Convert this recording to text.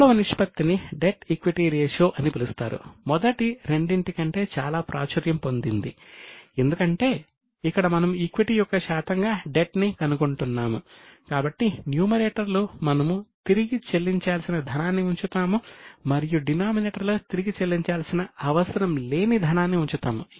మూడవ నిష్పత్తిని debt equity ratio లో తిరిగి చెల్లించాల్సిన అవసరం లేని ధనాన్ని ఉంచుతాము